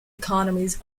economies